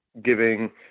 giving